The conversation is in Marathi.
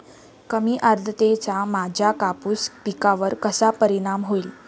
कमी आर्द्रतेचा माझ्या कापूस पिकावर कसा परिणाम होईल?